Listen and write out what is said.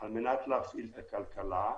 על מנת להפעיל את הכלכלה.